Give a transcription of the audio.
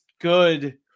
good –